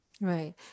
Right